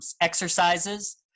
exercises